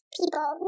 people